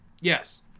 Yes